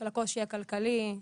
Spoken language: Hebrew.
של הקושי הכלכלי,